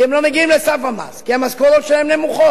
כי הן לא מגיעות לסף המס, כי המשכורות שלהן נמוכות